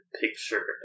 picture